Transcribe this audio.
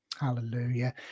Hallelujah